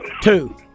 Two